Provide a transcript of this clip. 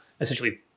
essentially